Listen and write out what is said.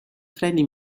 freni